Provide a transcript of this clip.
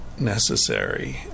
necessary